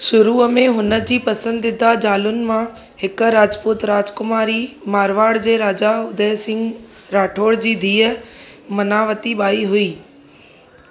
शुरूअ में हुन जी पसंदीदा ज़ालुनि मां हिक राजपूत राॼकुमारी मारवाड़ जे राजा उदय सिंह राठौर जी धीअ मनावती बाई हुई